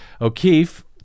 O'Keefe